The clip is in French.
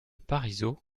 parisot